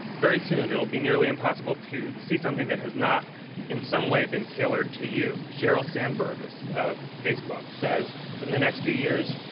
very soon it will be nearly impossible to see something that has not in some way been tailored to you. sheryl sandberg of of facebook, says, within the next few years,